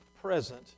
present